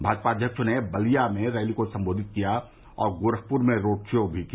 भाजपा अध्यक्ष ने बलिया में रैली को संबोधित किया और गोरखपुर में रोड शो भी किया